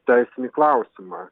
teisinį klausimą